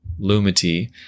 lumity